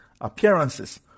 appearances